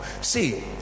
see